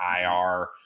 IR